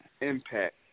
Impact